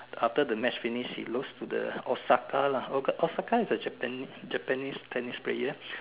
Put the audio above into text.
after the match finish he lose to the Osaka lah Osaka is a Japanese Japanese tennis player